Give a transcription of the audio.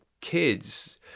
kids